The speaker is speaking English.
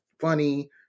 funny